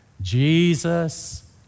Jesus